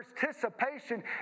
participation